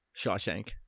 Shawshank